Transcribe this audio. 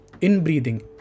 inbreathing